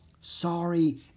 Sorry